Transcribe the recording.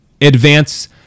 advance